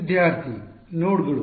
ವಿದ್ಯಾರ್ಥಿ ನೋಡ್ಗಳು